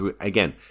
again